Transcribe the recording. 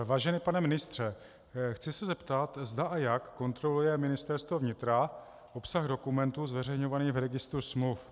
Vážený pane ministře, chci se zeptat, zda a jak kontroluje Ministerstvo vnitra obsah dokumentů zveřejňovaných v registru smluv.